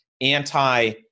anti-